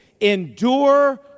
endure